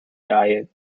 diet